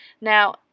now